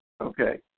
Okay